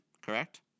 Correct